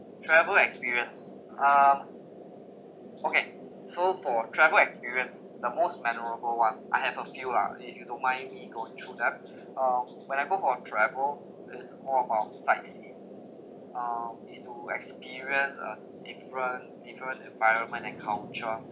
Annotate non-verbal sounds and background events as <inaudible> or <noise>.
travel experience ah okay so for travel experience the most memorable one I have a few lah if you don't mind me go through that <breath> uh when I go for a travel is more about sightseeing um is to experience a different different environment and culture